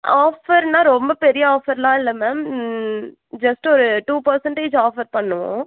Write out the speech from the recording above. ஆஃபர்னால் ரொம்ப பெரிய ஆஃபர்லாம் இல்லை மேம் ஜஸ்ட் ஒரு டூ பெர்ஸண்டேஜ் ஆஃபர் பண்ணுவோம்